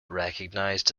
recognized